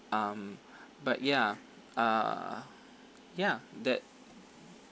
um but ya uh ya that